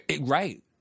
right